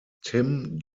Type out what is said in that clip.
tim